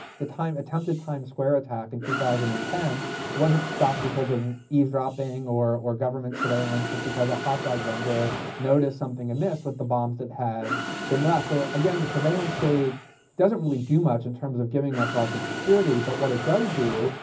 the attempted times square attack in two thousand and ten wasn't stopped because of eavesdropping or or government surveillance but because a hot dog vendor noticed something amiss with the bomb that had been left. so again, the surveillance state doesn't really do much in terms of giving us lots of security. but what it does do,